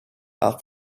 are